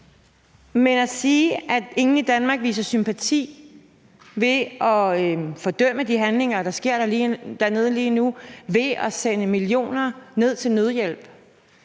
Men at sige, at ingen i Danmark viser sympati ved at fordømme de handlinger, der sker dernede lige nu, ved at sende millioner af kroner ned til nødhjælp,